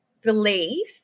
believe